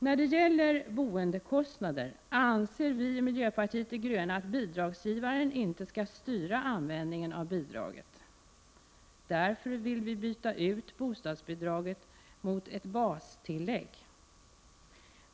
När det gäller boendekostnader anser vi i miljöpartiet de gröna att bidragsgivaren inte skall styra användningen av bidraget. Därför vill vi byta ut bostadsbidraget mot ett bastillägg.